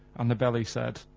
and the belly said,